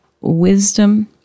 wisdom